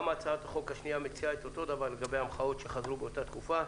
גם הצעת החוק השנייה מציעה את אותו הדבר לגבי המחאות שחזרו באותה תקופה.